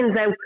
out